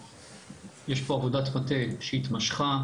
יש פה עבודת מטה שהתמשכה,